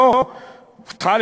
בכלל,